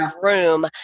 room